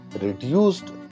reduced